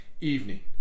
evening